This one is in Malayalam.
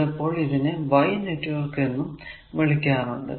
ചിലപ്പോൾ ഇതിനെ y നെറ്റ്വർക്ക് എന്നും വിളിക്കാറുണ്ട്